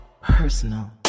personal